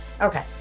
Okay